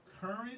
current